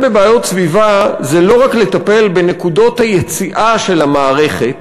בבעיות סביבה זה לא רק לטפל בנקודות היציאה של המערכת,